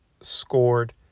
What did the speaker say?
scored